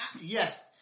yes